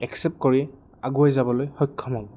accept কৰি আগুৱাই যাবলৈ সক্ষম হ'ব